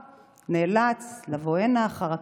הוא נאלץ לבוא הנה אחר הקבורה,